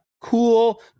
cool